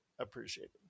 appreciated